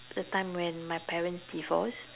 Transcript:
the time when my parents divorce